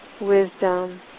wisdom